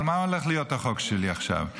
על מה הולך להיות החוק שלי עכשיו?